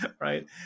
Right